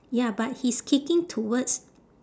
ya but he's kicking towards